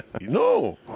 no